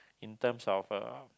in terms of uh